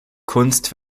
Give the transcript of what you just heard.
kunst